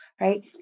Right